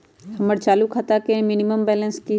हमर चालू खाता के मिनिमम बैलेंस कि हई?